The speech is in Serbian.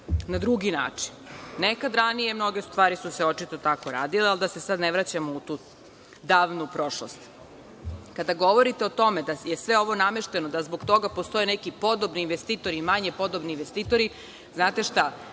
na drugi način. Nekad ranije mnoge stvari su se očito tako radile, ali da se sada ne vraćamo u tu davnu prošlost. Kada govorite o tome da je sve ovo namešteno, da zbog toga postoje neki podobni investitori i manje podobni investitori, znate šta,